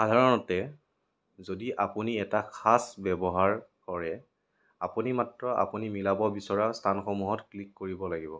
সাধাৰণতে যদি আপুনি এটা সাঁচ ব্যৱহাৰ কৰে আপুনি মাত্ৰ আপুনি মিলাব বিচৰা স্থানসমূহত ক্লিক কৰিব লাগিব